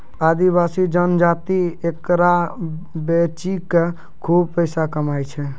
आदिवासी जनजाति एकरा बेची कॅ खूब पैसा कमाय छै